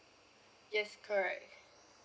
yes correct